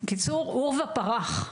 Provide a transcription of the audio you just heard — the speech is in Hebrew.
בקיצור עורבא פרח.